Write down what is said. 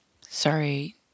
sorry